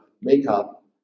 makeup